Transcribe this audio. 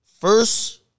First